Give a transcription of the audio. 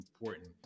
important